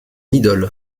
idole